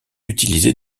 utilisé